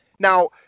Now